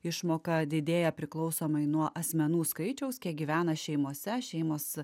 išmoka didėja priklausomai nuo asmenų skaičiaus kiek gyvena šeimose šeimos